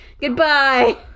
Goodbye